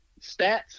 stats